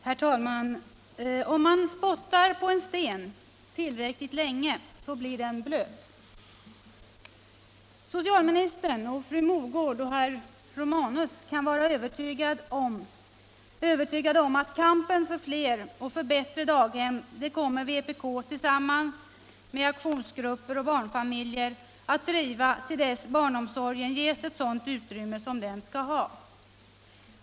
Herr talman! Om man spottar på en sten tillräckligt länge så blir den blöt. Socialministern, fru Mogård och herr Romanus kan vara övertygade om att kampen för fler och bättre daghem kommer vpk tillsammans med aktionsgrupper och barnfamiljer att driva till dess barnomsorgen ges ett sådant utrymme som den skall ha.